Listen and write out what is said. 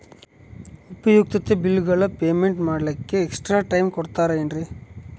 ಉಪಯುಕ್ತತೆ ಬಿಲ್ಲುಗಳ ಪೇಮೆಂಟ್ ಮಾಡ್ಲಿಕ್ಕೆ ಎಕ್ಸ್ಟ್ರಾ ಟೈಮ್ ಕೊಡ್ತೇರಾ ಏನ್ರಿ?